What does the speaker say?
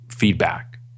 feedback